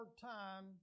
time